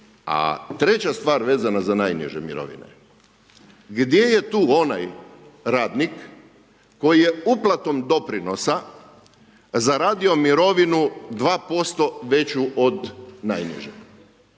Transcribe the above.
treća stvar vezana za najniže mirovine, gdje je tu onaj radnik koji je uplatom doprinosa zaradio mirovinu 2% veću od najniže,